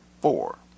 four